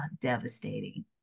devastating